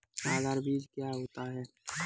आधार बीज क्या होता है?